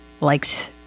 likes